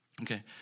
Okay